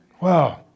Wow